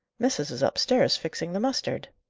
missis is upstairs, fixing the mustard.